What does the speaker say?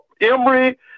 Emory